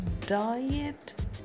diet